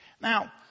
Now